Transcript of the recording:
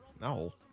No